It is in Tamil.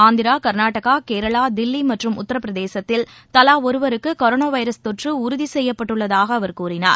ஆந்திரா கர்நாடகா கேரளா தில்லிமற்றும் உத்தரப்பிரதேசத்தில் தவாஒருவருக்குகொரோனாவைரஸ் தொற்றுஉறுதிசெய்யப்பட்டுள்ளதாகஅவர் கூறினார்